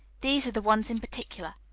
these are the ones in particular.